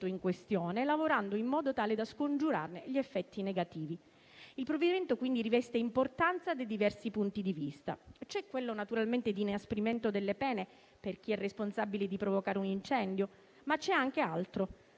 in questione, lavorando in modo tale da scongiurarne gli effetti negativi. Il provvedimento quindi riveste importanza da diversi punti di vista: l'inasprimento delle pene per chi è responsabile di aver provocato un incendio, ma c'è anche altro;